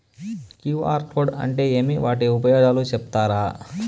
QR code అంటే ఏమి వాటి ఉపయోగాలు సెప్తారా?